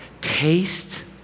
Taste